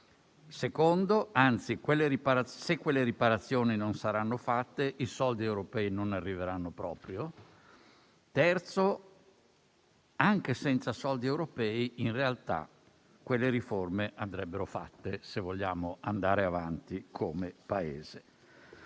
secondo luogo, se quelle riparazioni non saranno fatte, i soldi europei non arriveranno proprio. In terzo luogo, anche senza i soldi europei, in realtà quelle riforme andrebbero fatte, se vogliamo andare avanti come Paese.